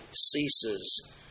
ceases